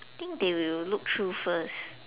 I think they will look through first